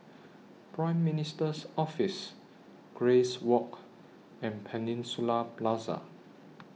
Prime Minister's Office Grace Walk and Peninsula Plaza